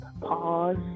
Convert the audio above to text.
pause